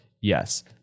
Yes